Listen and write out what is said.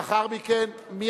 לאחר מכן, מי